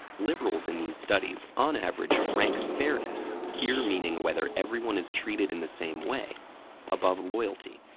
liberals in these studies, on average, rank fairness here meaning whether everyone is treated in the same way above loyalty.